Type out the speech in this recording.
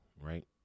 right